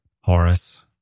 Horace